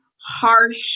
harsh